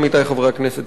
עמיתי חברי הכנסת,